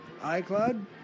iCloud